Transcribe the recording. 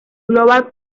global